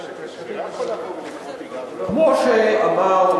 כמו שאמר,